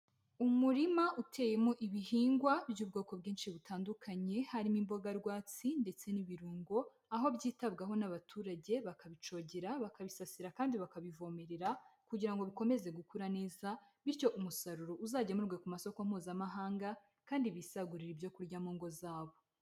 Umurima uteyemo ibihingwa by'ubwoko bwinshi butandukanye, harimo imboga rwatsi ndetse n'ibirungo, aho byitabwaho n'abaturage bakabicogera bakabisasira kandi bakabivomerera, kugira ngo bikomeze gukura neza, bityo umusaruro uzagemurwe ku masoko mpuzamahanga kandi bisagurira ibyo kurya mu ngo zabo.